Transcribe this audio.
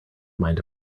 mind